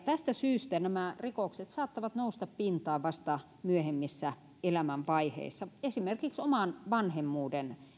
tästä syystä nämä rikokset saattavat nousta pintaan vasta myöhemmissä elämänvaiheissa esimerkiksi oman vanhemmuuden